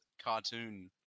cartoon